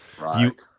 Right